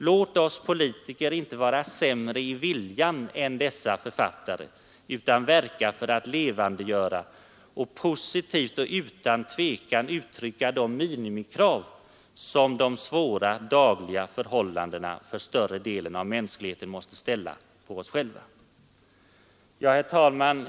Låt oss politiker inte vara sämre i viljan än dessa författare, utan verka för att levandegöra och positivt och utan tvekan uttrycka de minimikrav som de svåra dagliga förhållandena för större delen av mänskligheten måste ställa på oss själva! Herr talman!